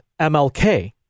MLK